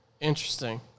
Interesting